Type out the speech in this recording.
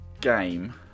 game